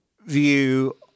view